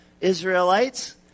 Israelites